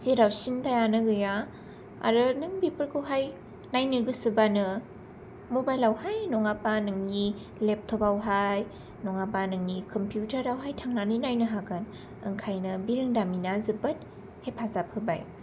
जेराव सिन्थायानो गैया आरो नों बेफोरखौहाय नायनो गोसोबानो मबाइलावहाय नङाबा नोंनि लेपटपावहाय नङाबा नोंनि कमप्युटारावहाय थांनानै नायनो हागोन ओंखायनो बिरांदामिना जोबोर हेफाजाब होबाय